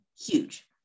huge